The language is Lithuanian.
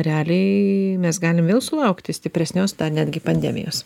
realiai mes galim vėl sulaukti stipresnios netgi pandemijos